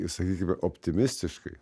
sakykime optimistiškai